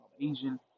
Asian